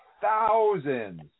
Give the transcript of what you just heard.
thousands